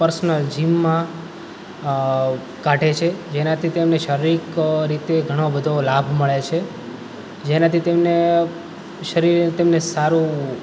personal જિમમાં કાઢે છે જેનાંથી તેમની શારીરિક રીતે ઘણો બધો લાભ મળે છે જેનાંથી તેમને શરીરે તેમને સારું